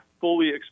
fully